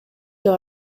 деп